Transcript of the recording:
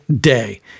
day